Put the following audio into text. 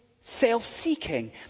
self-seeking